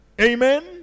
amen